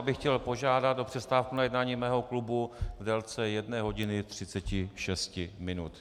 Já bych chtěl požádat o přestávku na jednání mého klubu v délce jedné hodiny třiceti šesti minut.